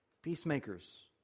Peacemakers